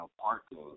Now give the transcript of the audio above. parking